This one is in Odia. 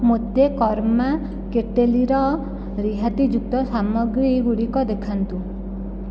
ମୋତେ କର୍ମା କେଟଲିର ରିହାତିଯୁକ୍ତ ସାମଗ୍ରୀ ଗୁଡ଼ିକ ଦେଖାନ୍ତୁ